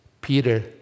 Peter